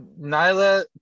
Nyla